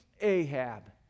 Ahab